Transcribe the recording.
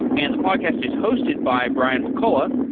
and the podcast is hosted by brian mccullough,